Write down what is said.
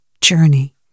journey